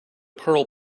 pearl